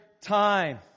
time